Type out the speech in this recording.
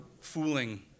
fooling